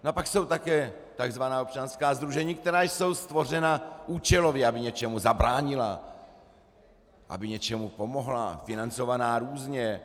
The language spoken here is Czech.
A pak jsou také takzvaná občanská sdružení, která jsou stvořena účelově, aby něčemu zabránila, aby něčemu pomohla, financovaná různě.